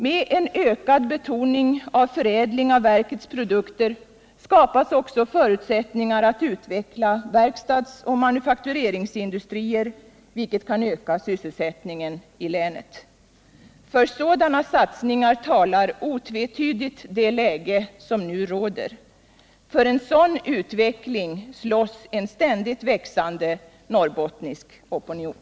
Med en ökad betoning av förädling av verkets produkter skapas också förutsättningar att utveckla verkstadsoch manufaktureringsindustrier, vilket kan öka sysselsättningen i länet. För sådana satsningar talar otvetydigt det läge som nu råder. För en sådan utveckling slåss en ständigt växande norrbottnisk opinion.